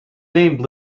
named